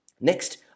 Next